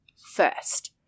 first